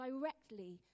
directly